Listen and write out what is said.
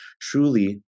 truly